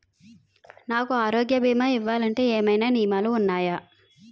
నాకు ఆరోగ్య భీమా ఇవ్వాలంటే ఏమైనా నియమాలు వున్నాయా?